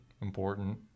important